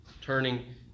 turning